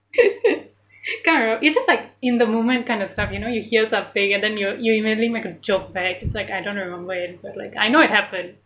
can't remember it just like in the moment kind of stuff you know you hear something and then you you you mainly make a joke back it's like I don't know when but like I know it happened